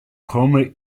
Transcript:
komme